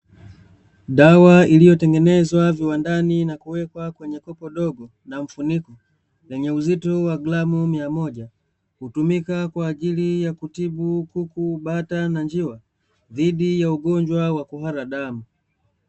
Dawa iliyotengenezwa viwandani na kuwekwa katika kopo dogo, na mfuniko wa gramu mia moja, hutumika katika kutibu kuku, bata na njiwa dhidi ya ugonjwa wa kuhara damu.